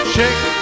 Shake